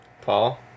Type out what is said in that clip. Paul